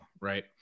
right